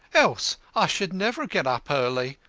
else i should never get up early.